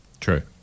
True